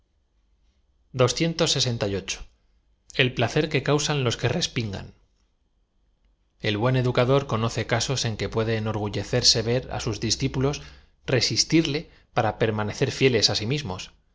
pronto pla cer que causan los que respingan el buen educador conoce casos en que puede enor gullecerse v e r á sua discípulos resistirle para perma necer fíeles á si mismos